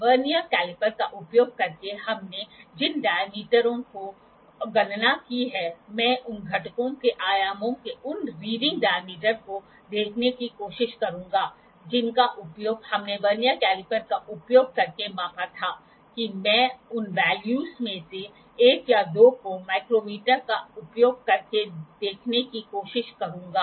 vernier caliper का उपयोग करके हमने जिन डायमीटर ों की गणना की है मैं उन घटकों के आयामों के उन रीडिंग डायमीटर को देखने की कोशिश करूंगा जिनका उपयोग हमने वर्नियर कैलीपर का उपयोग करके मापा था कि मैं उन वेल्यूस में से एक या दो को माइक्रोमीटर का उपयोग करके देखने की कोशिश करूंगा